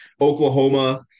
Oklahoma